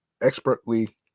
expertly